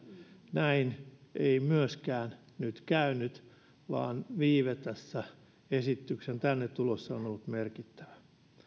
näin ei myöskään nyt käynyt vaan viive tässä esityksen tänne tulossa on ollut merkittävä